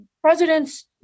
presidents